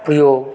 प्रयोग